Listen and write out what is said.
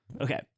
Okay